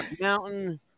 Mountain